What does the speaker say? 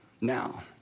now